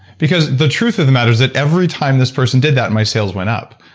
because the truth of the matter is that every time this person did that my sales went up,